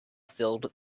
filled